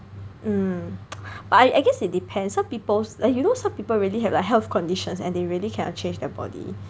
mm but I guess it depends some people's like you know some people really have like health conditions and they really cannot change their body